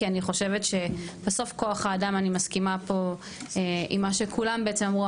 כי אני חושבת שבסוף כוח האדם אני מסכימה פה עם מה שכולם בעצם אמרו,